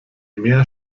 mehr